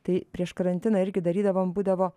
tai prieš karantiną irgi darydavom būdavo